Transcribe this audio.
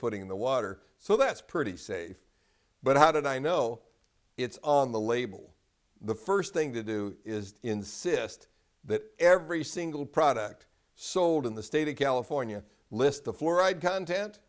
putting in the water so that's pretty safe but how did i know it's on the label the first thing to do is insist that every single product sold in the state of california list the fluoride content